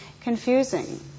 confusing